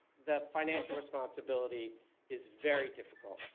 the financial responsibility is very difficult,